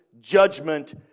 judgment